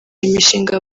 imishinga